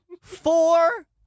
four